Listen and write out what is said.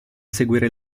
seguire